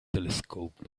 telescope